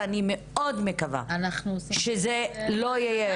ואני מאוד מקווה שזה לא יהיה.